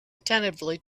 attentively